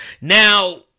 Now